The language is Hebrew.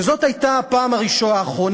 וזאת הייתה הפעם האחרונה,